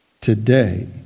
today